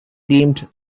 deemed